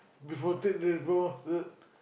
before take the diploma uh